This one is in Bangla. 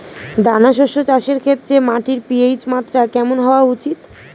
দানা শস্য চাষের ক্ষেত্রে মাটির পি.এইচ মাত্রা কেমন হওয়া উচিৎ?